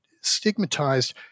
stigmatized